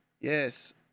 Yes